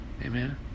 Amen